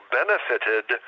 benefited